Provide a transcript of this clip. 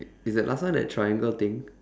i~ is that last one the triangle thing